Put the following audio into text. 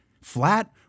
flat